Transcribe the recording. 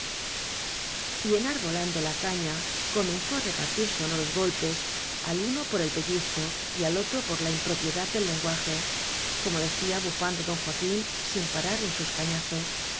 enarbolando la caña comenzó á repartir sonoros golpes al uno por el pellizco y al otro por la impropiedad de lenguaje como decía bufando don joaquín sin parar en sus cañazos